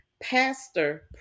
Pastor